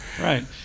Right